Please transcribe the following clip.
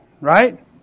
right